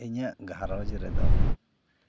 ᱤᱧᱟᱹᱜ ᱜᱷᱟᱨᱚᱸᱡᱽ ᱨᱮᱫᱚ